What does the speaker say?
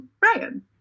Brian